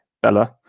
Bella